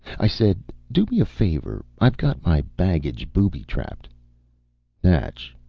i said do me a favor. i've got my baggage booby-trapped natch,